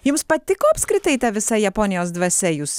jums patiko apskritai ta visa japonijos dvasia jūs